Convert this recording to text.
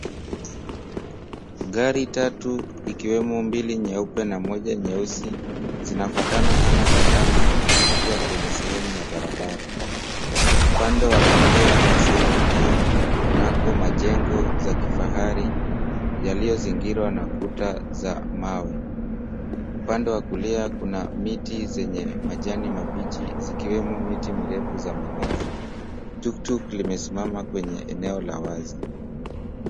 Gari tatu ikiwemo mbili nyeupe na moja nyeusi, zinafuatana ana kwa ana huku zikiwa kwenye sehemu ya barabara. Upande wa kulia wa sehemu hiyo kunako majengo za kifahari yaliyozingirwa na kuta za mawe. Upande wa kulia kuna miti zenye majani mabichi zikiwemo miti mirefu za minazi. Tuktuk limesimama kwenye eneo la wazi.